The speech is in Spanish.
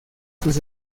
sus